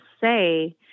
say